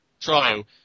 Trial